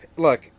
Look